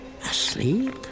asleep